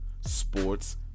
Sports